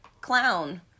clown